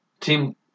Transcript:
team